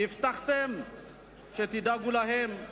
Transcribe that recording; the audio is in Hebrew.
הבטחתם שתדאגו להם.